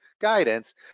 guidance